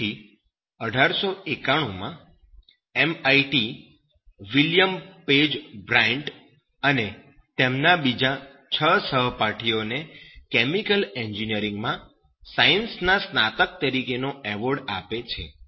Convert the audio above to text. તેથી 1891 માં MIT William Page Bryant અને તેમના બીજા છ સહપાઠીઓને કેમિકલ એન્જિનિયરિંગમાં સાયન્સના સ્નાતક તરીકેનો એવોર્ડ આપે છે